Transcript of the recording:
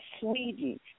Sweden